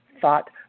thought